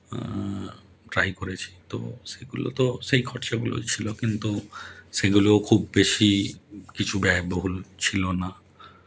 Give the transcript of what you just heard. try করেছি তো সেগুলো তো সেই খরচাগুলোই ছিলো কিন্তু সেগুলো খুব বেশি কিছু ব্যয়বহুল ছিলো না